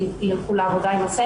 יילכו לעבודה,